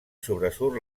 sobresurt